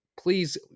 please